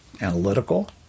analytical